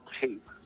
tape